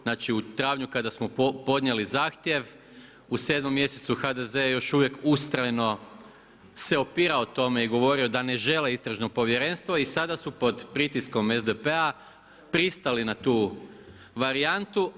Znači u travnju kada smo podnijeli zahtjev u 7 mjesecu HDZ je još uvijek ustrajno se opirao tome i govorio da ne žele Istražno povjerenstvo i sada su pod pritiskom SDP-a pristali na tu varijantu.